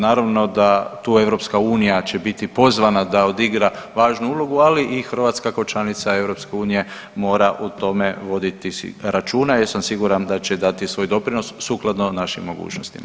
Naravno da tu EU će biti pozvana da odigra važnu ulogu, ali i Hrvatska kao članica EU mora o tome voditi si računa jer sam siguran da će dati svoj doprinos sukladno našim mogućnostima.